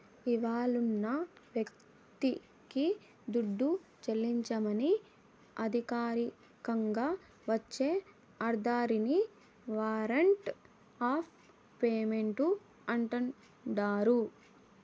ఇవ్వాలున్న వ్యక్తికి దుడ్డు చెల్లించమని అధికారికంగా వచ్చే ఆర్డరిని వారంట్ ఆఫ్ పేమెంటు అంటాండారు